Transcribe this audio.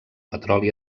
petroli